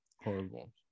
Horrible